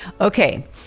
Okay